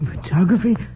Photography